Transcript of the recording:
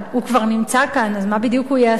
אז מה בדיוק הוא יעשה?